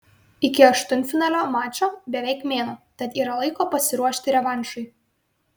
iki aštuntfinalio mačo beveik mėnuo tad yra laiko pasiruošti revanšui